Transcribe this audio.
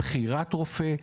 בחירת רופא,